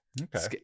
Okay